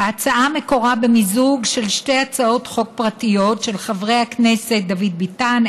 ההצעה מקורה במיזוג של שתי הצעות חוק פרטיות של חברי הכנסת דוד ביטן,